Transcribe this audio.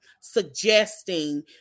suggesting